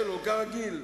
מנותצים.